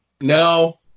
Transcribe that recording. No